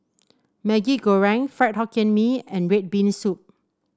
Maggi Goreng Fried Hokkien Mee and red bean soup